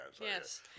yes